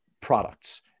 products